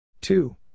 two